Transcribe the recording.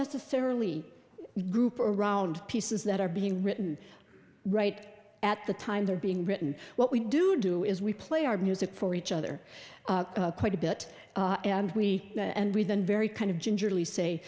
necessarily group around pieces that are being written right at the time they're being written what we do do is we play our music for each other quite a bit and we and we've been very kind of gingerly say